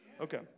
Okay